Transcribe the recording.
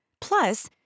Plus